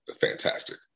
fantastic